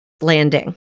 landing